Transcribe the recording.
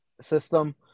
system